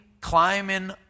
climbing